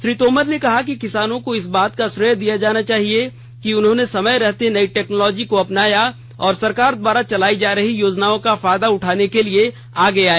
श्री तोमर ने कहा कि किसानों को इस बात का श्रेय दिया जाना चाहिए कि उन्होंने समय रहते नई टेक्नोलॉजी को अपनाया और सरकार द्वारा चलाई जा रही योजनाओं का फायदा उठाने के लिए आगे आए